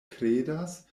kredas